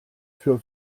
für